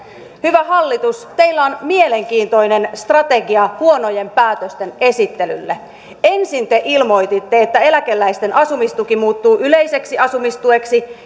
hyvä hallitus teillä on mielenkiintoinen strategia huonojen päätösten esittelylle ensin te ilmoititte että eläkeläisten asumistuki muuttuu yleiseksi asumistueksi